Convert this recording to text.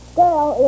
girl